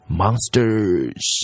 monsters